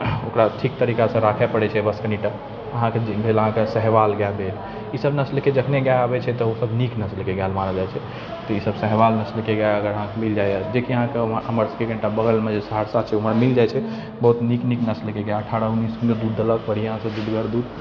ओकरा ठीक तरीकासँ राखऽ पड़ै छै बस कनिटा अहाँके भेल अहाँके सहवाल गाइ भेल ई सब नसलके जखने गाइ आबै छै तऽ ओ सब नीक नसलके गाइ मानल जाइ छै ई सब सहवाल नसलके गाइ अगर अहाँके मिल जाइ अइ जेकि अहाँके हमर सबके कनिटा बगलमे सहरसा छै ओमहर मिल जाइ छै बहुत नीक नीक नसलके गाइ अठारह उनीस किलो दूध देलक बढ़िआँसँ दुधगर दूध